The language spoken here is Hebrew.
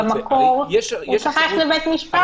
במקור הוא צריך ללכת לבית משפט.